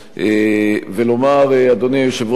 אדוני היושב-ראש,